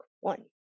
one